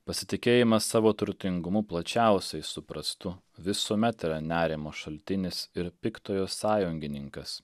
pasitikėjimas savo turtingumu plačiausiai suprastu visuomet yra nerimo šaltinis ir piktojo sąjungininkas